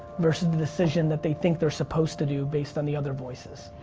versus the decision that they think they're supposed to do based on the other voices.